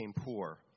poor